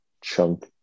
chunk